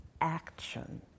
action